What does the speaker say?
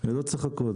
תודה, מיכאל.